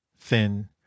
thin